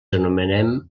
anomenem